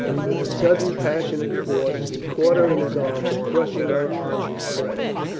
with a sudden passionate force he caught her in his arms, crushing her on his breast,